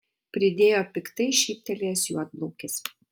pridėjo piktai šyptelėjęs juodplaukis